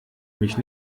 mich